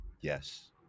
Yes